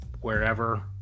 wherever